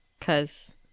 Cause